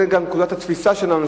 זו גם נקודת התפיסה שלנו,